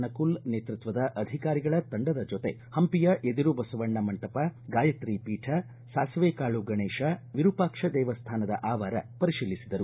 ನಕುಲ್ ನೇತೃತ್ವದ ಅಧಿಕಾರಿಗಳ ತಂಡದ ಜೊತೆ ಹಂಪಿಯ ಎದಿರು ಬಸವಣ್ಣ ಮಂಟಪ ಗಾಯತ್ರಿ ಪೀಠ ಸಾಸಿವೆಕಾಳು ಗಣೇಶ ವಿರೂಪಾಕ್ಷ ದೇವಸ್ಥಾನದ ಆವಾರ ಪರಿಶೀಲಿಸಿದರು